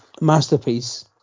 masterpiece